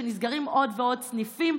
כשנסגרים עוד ועוד סניפים.